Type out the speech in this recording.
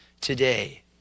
today